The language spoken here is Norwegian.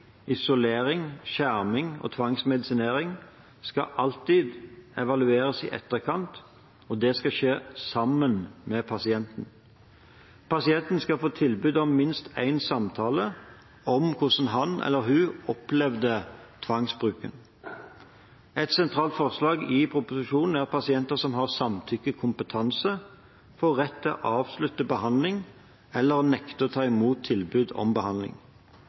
isolering, skjerming og tvangsmedisinering, skal alltid evalueres i etterkant, og det skal skje sammen med pasienten. Pasienten skal få tilbud om minst én samtale om hvordan han eller hun opplevde tvangsbruken. Et sentralt forslag i proposisjonen er at pasienter som har samtykkekompetanse, får rett til å avslutte behandling eller nekte å ta imot tilbud om behandling.